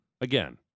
Again